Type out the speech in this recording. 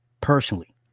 personally